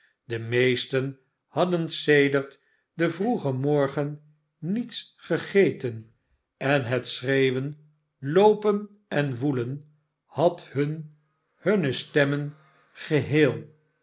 de meesten hadden sedert den vroegen morgen niets gegeten en het schreeuwen loopen en woelen had hun hunne stemmen